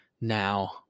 now